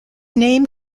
name